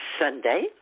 Sunday